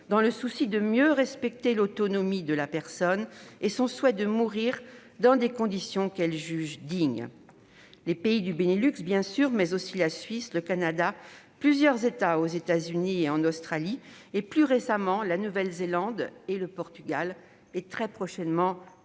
dans le souci de mieux respecter l'autonomie de la personne et son souhait de mourir dans des conditions qu'elle juge dignes : les pays du Benelux bien sûr, mais aussi la Suisse, le Canada, plusieurs États aux États-Unis et en Australie, plus récemment la Nouvelle-Zélande et le Portugal. L'Espagne